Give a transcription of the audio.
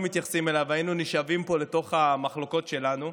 מתייחסים אליו והיינו נשאבים אל תוך המחלוקות שלנו.